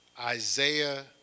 Isaiah